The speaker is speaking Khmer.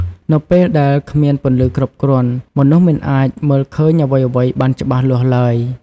នៅពេលដែលគ្មានពន្លឺគ្រប់គ្រាន់ មនុស្សមិនអាចមើលឃើញអ្វីៗបានច្បាស់លាស់ឡើយ ។